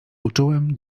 uczułem